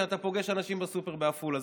שאתה פוגש אנשים בסופר בעפולה,